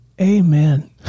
Amen